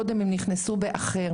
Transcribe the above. קודם הם נכנסו ב"אחר".